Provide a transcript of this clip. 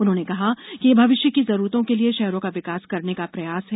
उन्होंने कहा कि यह भविष्य की जरूरतों के लिए शहरों का विकास करने का प्रयास है